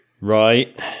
Right